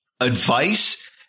advice